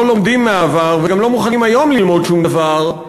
לא לומדים מהעבר וגם לא מוכנים היום ללמוד שום דבר,